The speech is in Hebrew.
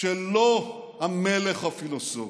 שלא המלך הפילוסוף,